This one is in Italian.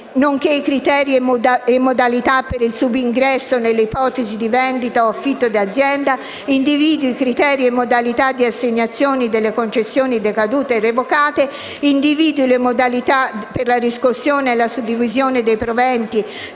nonché criteri e modalità per il subingresso nelle ipotesi di vendita o affitto d'azienda; g) individui i criteri e le modalità di assegnazione delle concessioni decadute o revocate; h) individui le modalità per la riscossione e per la suddivisione dei proventi